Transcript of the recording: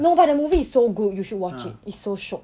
no but the movie so good you should watch it is so shiok